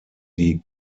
die